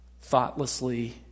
thoughtlessly